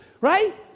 right